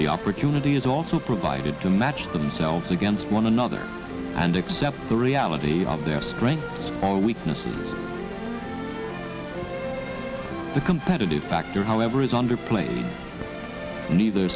the opportunity is also provided to match themselves against one another and accept the reality of their strengths or weaknesses the competitive factor however is under play neither